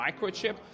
microchip